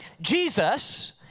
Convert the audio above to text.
Jesus